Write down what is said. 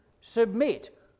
submit